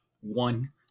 one